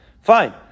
fine